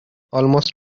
almost